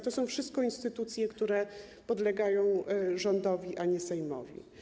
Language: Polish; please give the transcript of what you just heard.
To wszystko są instytucje, które podlegają rządowi, a nie Sejmowi.